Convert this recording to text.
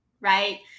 right